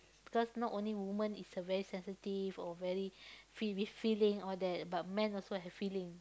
cause not only woman is a very sensitive or very fill with feeling all that but man also have feeling